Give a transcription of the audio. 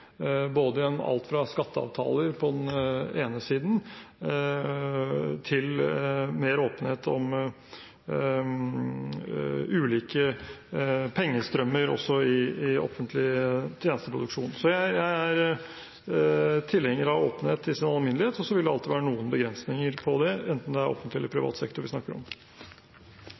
både selskaper som leverer tjenester til det offentlige, og også selskaper i sin alminnelighet. Denne regjeringen har jo gjennomført en rekke tiltak for å bidra til mer åpenhet om finansielle pengestrømmer generelt, i alt fra skatteavtaler på den ene siden til mer åpenhet om ulike pengestrømmer også i offentlig tjenesteproduksjon. Jeg er tilhenger av åpenhet i sin alminnelighet, og så